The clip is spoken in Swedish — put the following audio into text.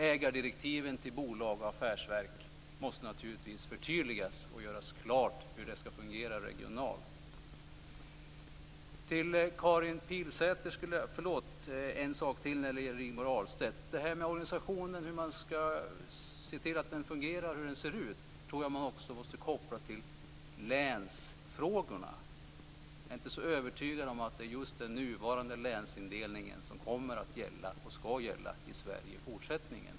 Ägardirektiven till bolag och affärsverk måste naturligtvis förtydligas, och det måste göras klart hur det skall fungera regionalt. Jag har en sak till att säga när det gäller det Rigmor Ahlstedt sade. Jag tror att man också måste koppla organisationens funktion och utseende till länsfrågorna. Jag är inte så övertygad om att det är just den nuvarande länsindelningen som kommer att gälla och skall gälla i Sverige i fortsättningen.